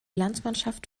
landsmannschaft